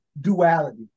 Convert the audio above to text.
duality